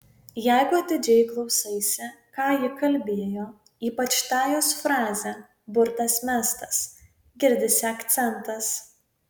jeigu atidžiai klausaisi ką ji kalbėjo ypač tą jos frazę burtas mestas girdisi akcentas